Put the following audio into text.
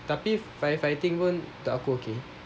tapi firefighting pun untuk aku okay